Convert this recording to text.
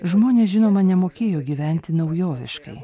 žmonės žinoma nemokėjo gyventi naujoviškai